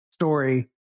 Story